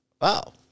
Wow